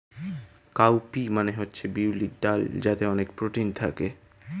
cow P মানে হচ্ছে বিউলির ডাল যাতে অনেক প্রোটিন থাকে